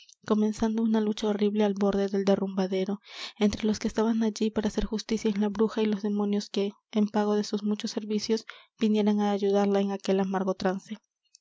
comenzando una lucha horrible al borde del derrumbadero entre los que estaban allí para hacer justicia en la bruja y los demonios que en pago de sus muchos servicios vinieran á ayudarla en aquel amargo trance